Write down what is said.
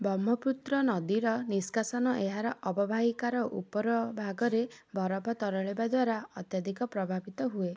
ବ୍ରହ୍ମପୁତ୍ର ନଦୀର ନିଷ୍କାସନ ଏହାର ଅବବାହିକାର ଉପର ଭାଗରେ ବରଫ ତରଳିବା ଦ୍ୱାରା ଅତ୍ୟଧିକ ପ୍ରଭାବିତ ହୁଏ